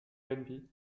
rnb